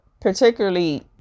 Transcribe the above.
particularly